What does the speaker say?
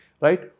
right